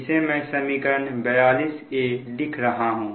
इसे मैं समीकरण 42 लिख रहा हूं